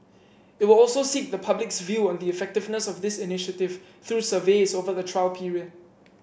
it will also seek the public's view on the effectiveness of this initiative through surveys over the trial period